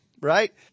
Right